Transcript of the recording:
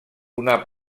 una